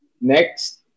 Next